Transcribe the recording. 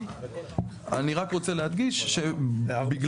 אני רק רוצה להדגיש שבגלל,